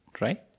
Right